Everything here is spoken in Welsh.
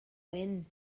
wyn